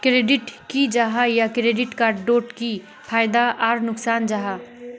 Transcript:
Credit की जाहा या क्रेडिट कार्ड डोट की फायदा आर नुकसान जाहा?